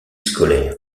scolaire